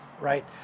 right